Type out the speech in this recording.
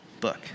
book